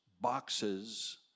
boxes